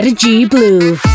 G-Blue